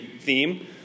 theme